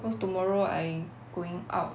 cause tomorrow I going out